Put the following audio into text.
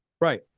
right